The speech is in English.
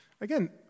Again